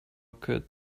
could